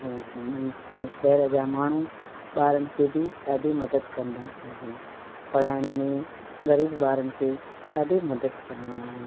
ऐं इन्हनि ऐं शहर जा माण्हू ॿारनि खे बि ॾाढी मदद कंदा आहिनि पढ़ाइण में ग़रीबु ॿारनि खे ॾाढी मदद कंदा आहिनि